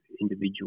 individual